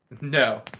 No